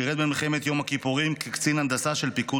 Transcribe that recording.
שירת במלחמת יום הכיפורים כקצין הנדסה של פיקוד